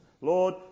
Lord